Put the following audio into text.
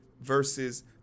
versus